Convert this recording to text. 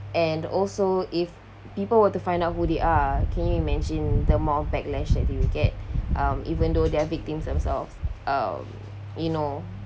and also if people were to find out who they are can you imagine the amount of backlash that you'll get um even though there're victims themselves of you know